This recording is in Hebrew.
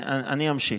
אני אמשיך.